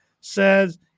says